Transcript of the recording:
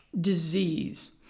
Disease